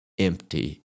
empty